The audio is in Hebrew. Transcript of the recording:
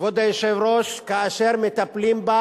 כבוד היושב-ראש, כאשר מטפלים בה